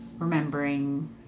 remembering